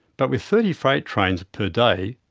but with thirty freight trains per day,